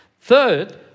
Third